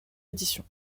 édition